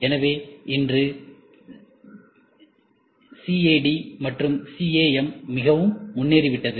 எனவே இன்று சிஏடி மற்றும் சிஏஎம் மிகவும் முன்னேறிவிட்டது